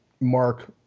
mark